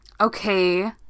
okay